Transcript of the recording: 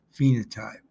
phenotype